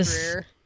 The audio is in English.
career